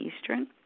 Eastern